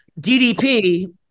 DDP